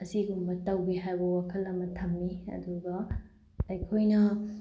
ꯑꯁꯤꯒꯨꯝꯕ ꯇꯧꯒꯦ ꯍꯥꯏꯕ ꯋꯥꯈꯜ ꯑꯃ ꯊꯝꯃꯤ ꯑꯗꯨꯒ ꯑꯩꯈꯣꯏꯅ